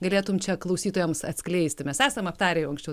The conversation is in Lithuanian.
galėtum čia klausytojams atskleisti mes esam aptarę jau anksčiau